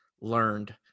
learned